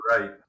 right